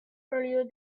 earlier